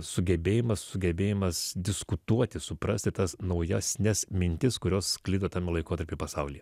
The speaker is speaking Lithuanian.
sugebėjimas sugebėjimas diskutuoti suprasti tas naujesnes mintis kurios sklido tame laikotarpy pasaulyje